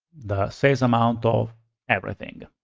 the sales amount of everything.